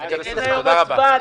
תודה רבה.